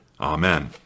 Amen